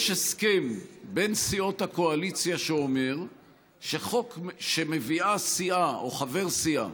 יש הסכם בין סיעות הקואליציה שאומר שחוק שמביאים סיעה או חבר סיעה,